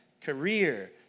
career